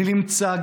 אני נמצא,